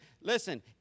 Listen